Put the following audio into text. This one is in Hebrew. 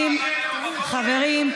חברים,